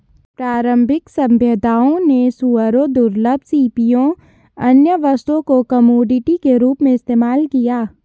प्रारंभिक सभ्यताओं ने सूअरों, दुर्लभ सीपियों, अन्य वस्तुओं को कमोडिटी के रूप में इस्तेमाल किया